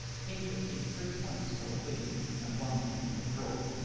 teams receive three points for a win and one point for draw.